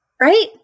right